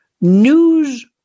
news